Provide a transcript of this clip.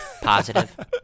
positive